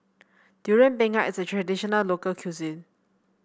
Durian Pengat is a traditional local cuisine